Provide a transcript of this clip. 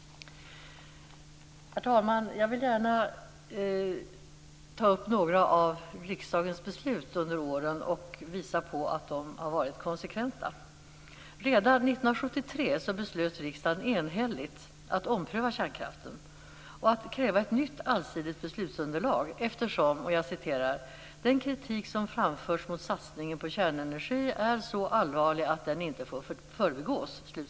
Jag vill gärna ta upp några av de beslut som riksdagen fattat under åren och visa på att de har varit konsekventa. Redan 1973 beslöt riksdagen enhälligt att ompröva kärnkraften och att kräva ett nytt allsidigt beslutsunderlag eftersom "den kritik som framförts mot satsningen på kärnenergi är - så allvarlig att den - inte får förbigås".